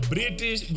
British